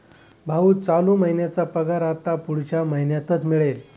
भाऊ, चालू महिन्याचा पगार आता पुढच्या महिन्यातच मिळेल